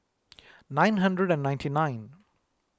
nine hundred and ninety nine